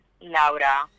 Laura